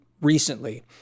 recently